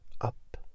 up